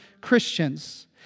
Christians